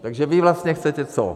Takže vy vlastně chcete co?